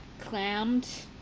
clammed